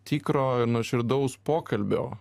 tikro ir nuoširdaus pokalbio